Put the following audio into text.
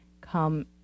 come